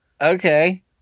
Okay